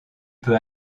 peut